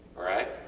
alright.